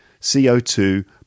CO2